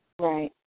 Right